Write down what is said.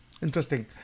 Interesting